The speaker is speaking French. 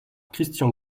christian